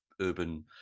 urban